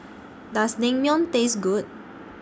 Does Naengmyeon Taste Good